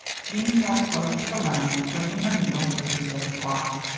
jeanne sat close to the lamp, pushing her needle through the stiff cloth.